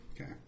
Okay